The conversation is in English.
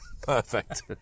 Perfect